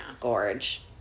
Gorge